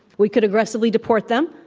we could aggressively deport them,